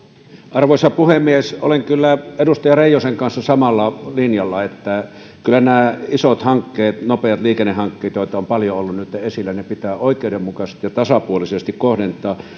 arvoisa puhemies olen kyllä edustaja reijosen kanssa samalla linjalla siinä että kyllä nämä isot hankkeet nopeat liikennehankkeet jotka ovat paljon olleet nyt esillä pitää kohdentaa oikeudenmukaisesti ja tasapuolisesti